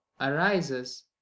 arises